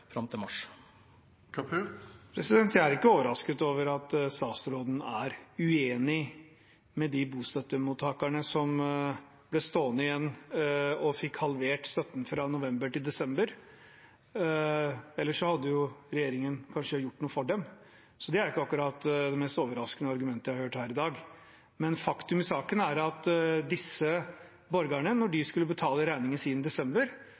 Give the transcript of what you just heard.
fram til mars. Jeg er ikke overrasket over at statsråden er uenig med de bostøttemottakerne som ble stående igjen og fikk halvert støtten fra november til desember, ellers hadde jo regjeringen kanskje gjort noe for dem. Det er ikke akkurat det mest overraskende argumentet jeg har hørt her i dag. Faktum i saken er at når disse borgerne skulle betale regningen sin i desember,